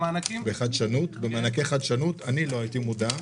אני לא הייתי מודע.